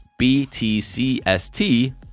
BTCST